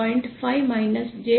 5 J1